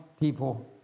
people